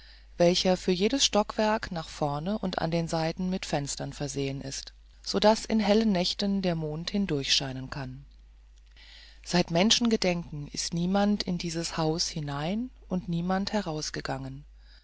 welcher für jedes stockwerk nach vorne und an den seiten mit fenstern versehen ist so daß in hellen nächten der mond hindurchscheinen kann seit menschengedenken ist niemand in dieses haus hinein und niemand herausgegangen